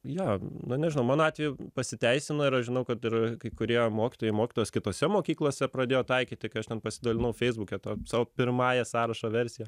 jo na nežinau mano atveju pasiteisina ir aš žinau kad ir kai kurie mokytojai mokytojos kitose mokyklose pradėjo taikyti kai aš ten pasidalinau feisbuke tuo savo pirmąja sąrašo versija